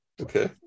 okay